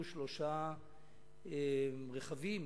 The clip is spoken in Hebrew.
ראשית,